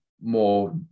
more